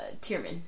Tierman